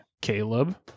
Caleb